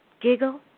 giggle